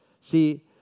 See